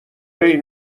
این